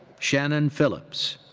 shannon phillips.